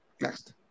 Next